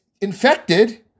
infected